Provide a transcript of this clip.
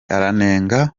aranenga